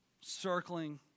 circling